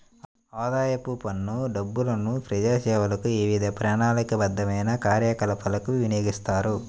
ఆదాయపు పన్ను డబ్బులను ప్రజాసేవలకు, వివిధ ప్రణాళికాబద్ధమైన కార్యకలాపాలకు వినియోగిస్తారు